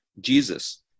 Jesus